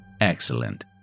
Excellent